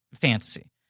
fantasy